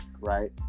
right